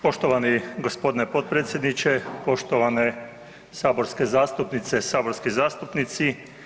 Poštovani g. potpredsjedniče, poštovane saborske zastupnice i saborski zastupnici.